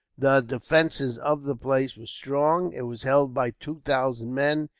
the defences of the place were strong. it was held by two thousand men,